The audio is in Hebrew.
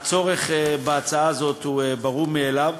שהצורך בהצעה הזאת הוא ברור מאליו.